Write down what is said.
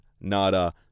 nada